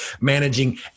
managing